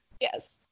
yes